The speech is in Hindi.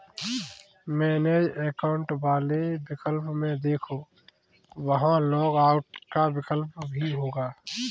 मैनेज एकाउंट वाले विकल्प में देखो, वहां लॉग आउट का विकल्प भी होगा